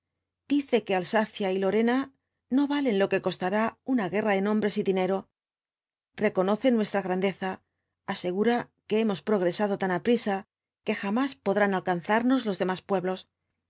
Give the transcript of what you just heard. dice que alsacia y lorena no valen lo que costará una guerra en hombres y dinero reconoce nuestra grandeza asegura que hemos progresado tan aprisa que jamás podrán alcanzarnos los demás pueblos